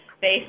based